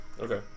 okay